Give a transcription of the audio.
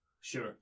Sure